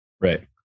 Right